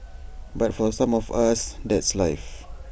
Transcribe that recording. but for some of us that's life